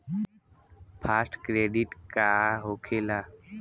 Fast credit का होखेला?